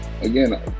again